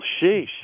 sheesh